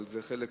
אנשים שהגנו